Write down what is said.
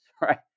right